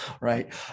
right